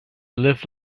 live